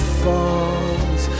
falls